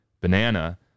Banana